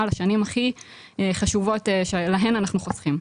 לשנים הכי חשובות שלהן אנחנו חוסכים.